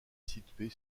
située